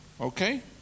Okay